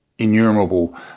Innumerable